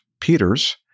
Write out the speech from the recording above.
Peters